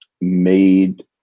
made